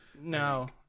No